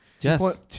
Yes